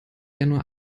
januar